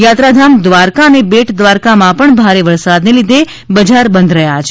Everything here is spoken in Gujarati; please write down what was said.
યાત્રાધામ દ્વારકા અને બેટ દ્વારકામાં ભારે વરસાદને લીધે બજાર બંધ રહ્યા છે